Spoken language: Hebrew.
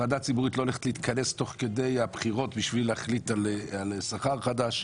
ועדה ציבורית לא הולכת להתכנס תוך כדי הבחירות בשביל להחליט על שכר חדש,